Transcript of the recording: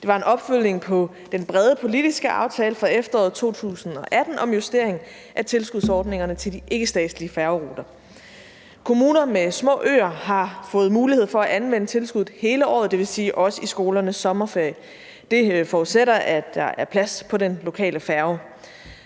Det var en opfølgning på den brede politiske aftale fra efteråret 2018 om justering af tilskudsordningerne til de ikkestatslige færgeruter. Kommuner med små øer har fået mulighed for at anvende tilskuddet hele året, dvs. også i skolernes sommerferie. Det forudsætter, at der er plads på den lokale færge.